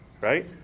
right